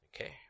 Okay